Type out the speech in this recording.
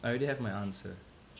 I already have my answer